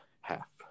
half